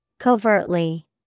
Covertly